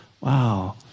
wow